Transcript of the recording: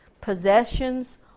possessions